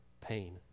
pain